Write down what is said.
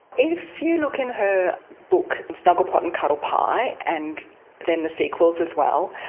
if you look in her book, and snugglepot and cuddlepie and then the sequels as well,